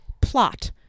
plot